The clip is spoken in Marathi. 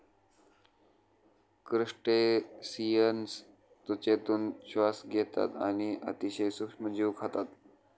क्रस्टेसिअन्स त्वचेतून श्वास घेतात आणि अतिशय सूक्ष्म जीव खातात